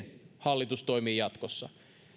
hallitus toimii jatkossa